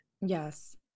yes